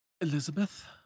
Elizabeth